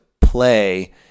play